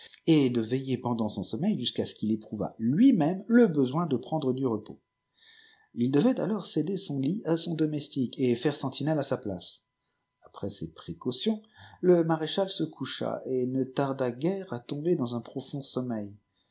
et de veiller pendant son sommeil jusqu'à ce qu'il éprouvât lui-même le besoin de prendre du repos il devait alors céder sori lit à son domestique et faire sentinelle à sa place après ces précautions le marécnal se coucha et ne tarda guère à tomber dans un profond sommeil